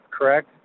correct